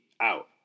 out